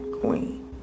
queen